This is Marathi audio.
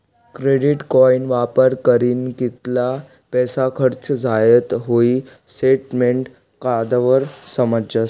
क्रेडिट कार्डना वापर करीन कित्ला पैसा खर्च झायात हाई स्टेटमेंट काढावर समजस